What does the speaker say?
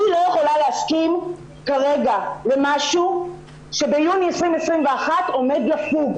אני לא יכולה להסכים כרגע למשהו שביוני 2021 עומד לפוג.